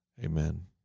Amen